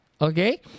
okay